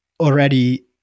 already